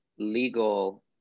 legal